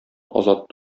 азат